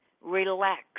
Relax